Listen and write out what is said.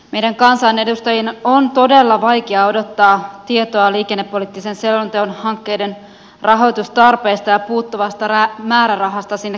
meidän kansanedustajien on todella vaikea odottaa tietoa liikennepoliittisen selonteon hankkeiden rahoitustarpeesta ja puuttuvasta määrärahasta sinne kevääseen asti